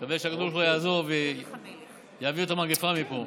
אני מקווה שהקדוש ברוך הוא יעזור ויעביר את המגפה מפה,